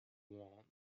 want